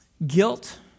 Guilt